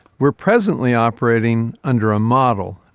we are presently operating under a model,